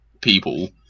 people